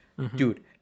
Dude